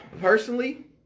Personally